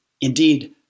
indeed